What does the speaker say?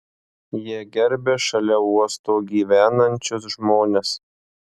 jie gerbia šalia uosto gyvenančius žmones